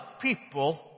people